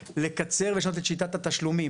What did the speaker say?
לקצר ולשנות את שיטת התשלומים.